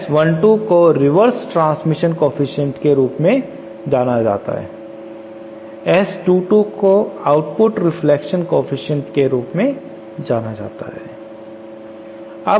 S12 को reverse transmission coefficient के रूप में जाना जाता है और S22 को आउटपुट रिफ्लेक्शन केफीसिएंट के रूप में जाना जाता है